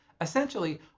Essentially